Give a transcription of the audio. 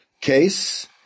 case